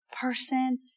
person